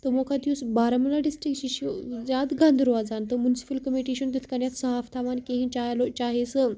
تِمو کھۄتہٕ یُس بارامولہ ڈِسٹرکٹ چھُ یہِ چھُ زیادٕ گندٕ روزان تہٕ منسپُل کٔمِٹی چھُنہٕ تِتھ کَنتھ صاف تھاوان کِہینٛۍ چاہے سُہ